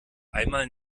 einmal